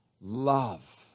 love